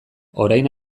orain